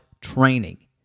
training